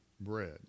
bread